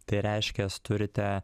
tai reiškias turite